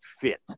fit